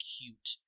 cute